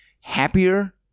happier